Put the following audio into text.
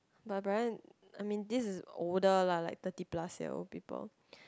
but apparen~ I mean this is older lah like thirty plus year old people